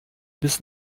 bis